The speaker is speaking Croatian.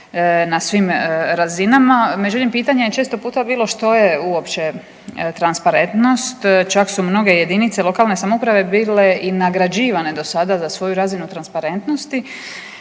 na svim razinama. Međutim pitanje je često puta bilo što je uopće transparentnost čak su mnoge jedinice lokalne samouprave bile i nagrađivane do sada za svoju razinu transparentnosti